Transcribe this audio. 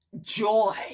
joy